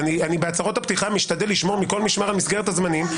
בהצהרות הפתיחה אני משתדל לשמור מכל משמר על מסגרת הזמנים.